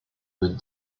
with